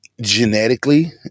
genetically